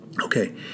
Okay